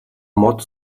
мод